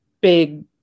big